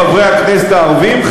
חברי הכנסת הערבים,